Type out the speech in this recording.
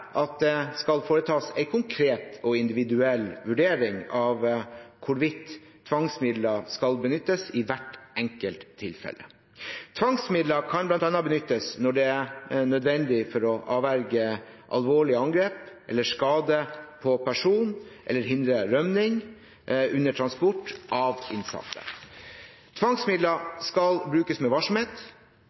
at det skal foretas en konkret og individuell vurdering av hvorvidt tvangsmidler skal benyttes i hvert enkelt tilfelle. Tvangsmidler kan benyttes bl.a. når det er nødvendig for å avverge alvorlig angrep eller skade på person eller for å hindre rømming under transport av innsatte. Tvangsmidler skal brukes med varsomhet,